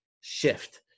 shift